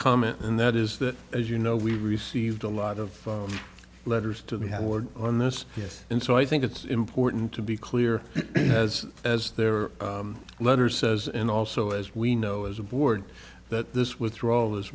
comment and that is that as you know we received a lot of letters to the horde on this yes and so i think it's important to be clear as as their letter says and also as we know as a board that this withdrawal is